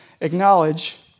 acknowledge